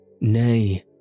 Nay